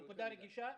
נקודה רגישה.